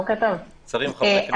שרים הם חברי כנסת.